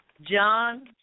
John